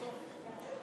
ביטול סמכויות גבייה